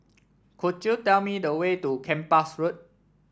could you tell me the way to Kempas Road